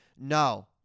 no